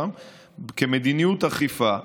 כמדיניות אכיפה .